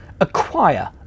Acquire